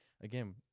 again